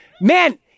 Man